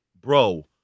bro